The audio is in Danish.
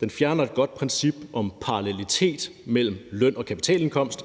den fjerner et godt princip om parallelitet mellem løn- og kapitalindkomst,